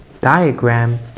diagram